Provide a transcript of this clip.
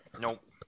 Nope